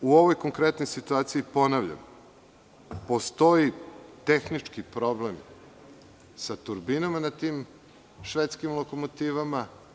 U ovoj konkretnoj situaciji ponavljam, postoji tehnički problem sa turbinama na tim švedskim lokomotivama.